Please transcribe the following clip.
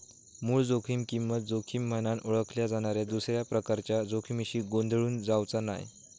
मूळ जोखीम किंमत जोखीम म्हनान ओळखल्या जाणाऱ्या दुसऱ्या प्रकारच्या जोखमीशी गोंधळून जावचा नाय